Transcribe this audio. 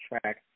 track